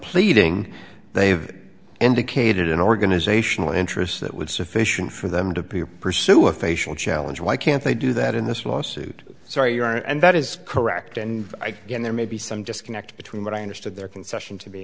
pleading they have indicated an organizational interest that would sufficient for them to pursue a facial challenge why can't they do that in this lawsuit sorry you are and that is correct and again there may be some just connect between what i understood their concession to be